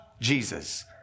Jesus